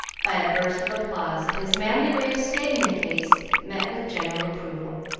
by a burst of applause, that his manly way of stating the case met with general approval.